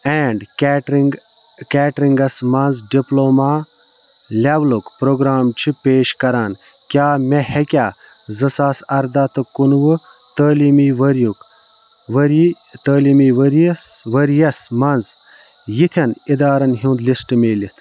and catering کیٹرِنٛگَس مَنٛز diploma لیولُک پرٛوگرام چھِ پیش کران کیٛاہ مےٚ ہیٚکیٛاہ زٕ ساس ارداہ تہٕ کُنوُہ تٲلیٖمی ؤرۍیُک ؤری تعلیمی ؤریَس ؤرۍیَس مَنٛز یِتھٮ۪ن اِدارن ہُنٛد لِسٹ میٖلِتھ